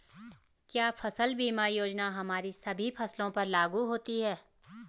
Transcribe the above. क्या फसल बीमा योजना हमारी सभी फसलों पर लागू होती हैं?